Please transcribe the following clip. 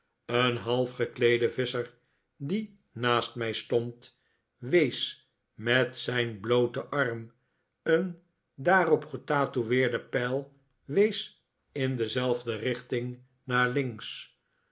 een halfgekleede visscher die naast mij stond wees met zijn blooten arm een daarop getatoueerde pijl wees in dezelfde richting naar links